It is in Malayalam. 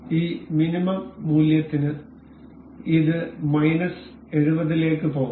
ഈ മിനിമം മൂല്യത്തിന് ഇത് മൈനസ് 70 ലേക്ക് പോകാം